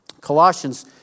Colossians